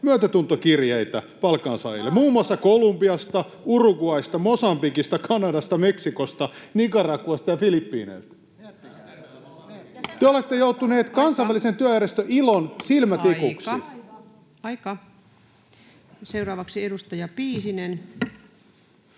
myötätuntokirjeitä palkansaajille, muun muassa Kolumbiasta, Uruguaysta, Mosambikista, Kanadasta, Meksikosta, Nicaraguasta ja Filippiineiltä. Te olette joutuneet Kansainvälisen työjärjestön ILOn silmätikuksi. [Speech 183] Speaker: Ensimmäinen